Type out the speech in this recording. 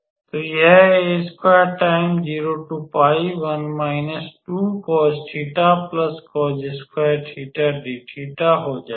तो यह हो जाएगा